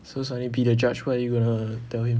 so sonny be the judge what are you gonna tell him